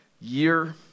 year